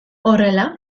horrela